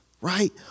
right